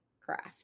craft